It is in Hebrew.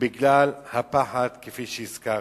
בגלל הפחד כפי שהזכרתי.